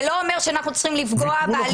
זה לא אומר שאנחנו צריכים לפגוע בהליכים הדמוקרטים.